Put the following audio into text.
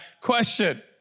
question